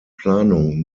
planung